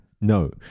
No